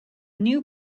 new